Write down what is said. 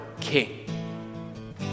king